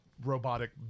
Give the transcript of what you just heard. robotic